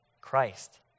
Christ